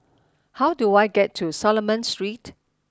how do I get to Solomon Street